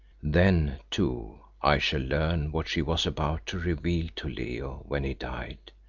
then, too, i shall learn what she was about to reveal to leo when he died,